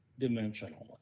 dimensionally